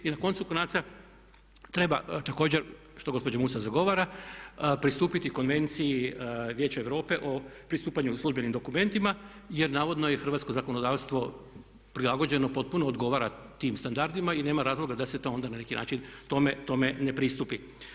I na koncu konaca treba također što gospođa Musa zagovara pristupiti konvenciji Vijeća Europe o pristupanju službenim dokumentima jer navodno je hrvatsko zakonodavstvo prilagođeno i potpuno odgovara tim standardima i nema razloga da se to onda na neki način tome ne pristupi.